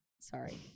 Sorry